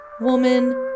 woman